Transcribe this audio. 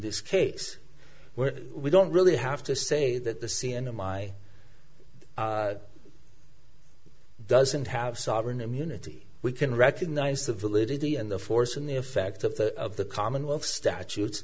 this case where we don't really have to say that the sienna my doesn't have sovereign immunity we can recognize the validity and the force and the effect of the of the commonwealth statutes